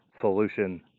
solution